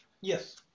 Yes